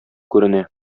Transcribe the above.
күренә